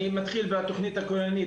אני מתחיל מהתכנית הכוללנית.